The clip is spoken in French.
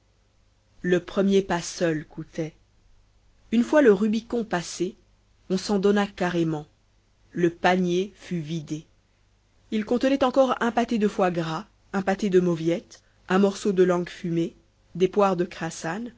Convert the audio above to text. le premier pas seul coûtait une fois le rubicon passé on s'en donna carrément le panier fut vidé il contenait encore un pâté de foie gras un pâté de mauviettes un morceau de langue fumée des poires de crassane